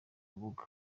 rubuga